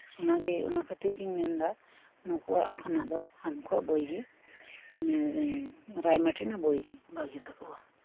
ᱚᱱᱟᱜᱤ ᱚᱱᱟ ᱠᱷᱟᱹᱛᱤᱨᱜᱤᱧ ᱢᱮᱱᱫᱟ ᱱᱩᱠᱩᱣᱟᱜ ᱠᱷᱚᱱᱟᱜ ᱫᱚ ᱦᱟᱱᱠᱩᱣᱟᱜ ᱵᱚᱭᱜᱤ ᱨᱟᱭᱢᱟᱴᱤᱱ ᱨᱮᱱᱟᱜ ᱵᱚᱭᱜᱤ ᱵᱷᱟᱜᱤ ᱛᱟᱠᱩᱣᱟ